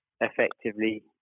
effectively